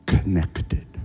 connected